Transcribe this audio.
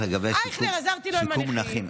עזרתי לו עם הנכים,